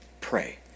pray